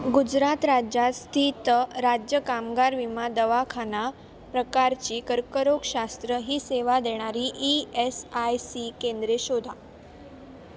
गुजरात राज्यात स्थित राज्य कामगार विमा दवाखाना प्रकारची कर्करोगशास्त्र ही सेवा देणारी ई एस आय सी केंद्रे शोधा